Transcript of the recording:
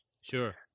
sure